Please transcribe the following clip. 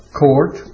court